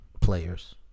Players